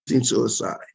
suicide